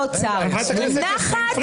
רק נחת,